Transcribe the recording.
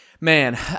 man